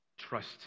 Trust